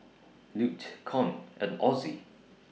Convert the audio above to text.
Lute Con and Ozie